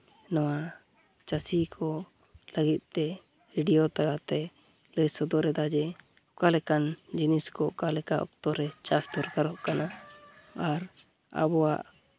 ᱱᱚᱣᱟ ᱪᱟᱹᱥᱤ ᱠᱚ ᱞᱟᱹᱜᱤᱫ ᱛᱮ ᱨᱮᱰᱤᱭᱳ ᱛᱟᱞᱟ ᱛᱮ ᱞᱟᱹᱭ ᱥᱚᱫᱚᱨᱮᱫᱟᱭ ᱡᱮ ᱚᱠᱟᱞᱮᱠᱟᱱ ᱡᱤᱱᱤᱥ ᱠᱚ ᱚᱠᱟᱞᱮᱠᱟ ᱚᱠᱛᱚᱨᱮ ᱪᱟᱥ ᱫᱚᱨᱠᱟᱨᱚᱜ ᱠᱟᱱᱟ ᱟᱨ ᱟᱵᱚᱣᱟᱜ